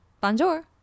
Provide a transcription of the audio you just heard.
Bonjour